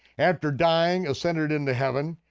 after dying ascended into heaven,